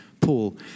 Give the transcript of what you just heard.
Paul